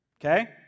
okay